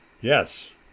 Yes